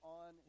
on